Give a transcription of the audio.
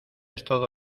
todo